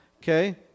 Okay